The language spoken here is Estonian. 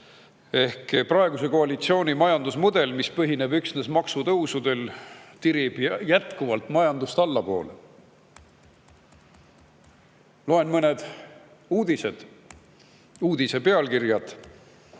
Praeguse koalitsiooni majandusmudel, mis põhineb üksnes maksutõusudel, tirib jätkuvalt majandust allapoole. Loen mõned viimase poole aasta